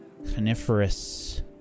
Coniferous